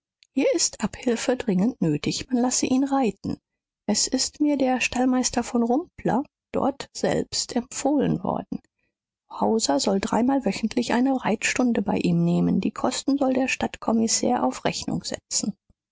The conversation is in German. hier ist abhilfe dringend nötig man lasse ihn reiten es ist mir der stallmeister von rumpler dortselbst empfohlen worden hauser soll dreimal wöchentlich eine reitstunde bei ihm nehmen die kosten soll der